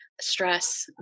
stress